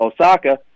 Osaka